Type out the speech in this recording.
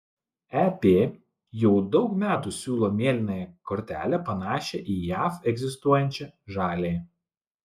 ep jau daug metų siūlo mėlynąją kortelę panašią į jav egzistuojančią žaliąją